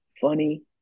funny